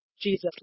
Jesus